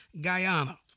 Guyana